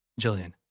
Jillian